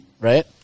right